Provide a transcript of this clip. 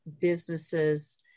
businesses